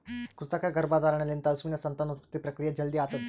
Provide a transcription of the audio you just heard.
ಕೃತಕ ಗರ್ಭಧಾರಣೆ ಲಿಂತ ಹಸುವಿನ ಸಂತಾನೋತ್ಪತ್ತಿ ಪ್ರಕ್ರಿಯೆ ಜಲ್ದಿ ಆತುದ್